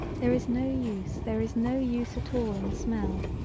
there is no use there is no use at all in smell,